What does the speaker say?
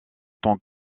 tant